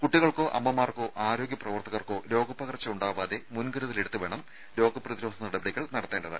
കുട്ടികൾക്കോ അമ്മമാർക്കോ ആരോഗ്യ പ്രവർത്തകർക്കോ രോഗപ്പകർച്ച ഉണ്ടാവാതെ മുൻകരുതലെടുത്തുവേണം രോഗപ്രതിരോധ നടപടികൾ നടത്തേണ്ടത്